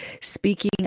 speaking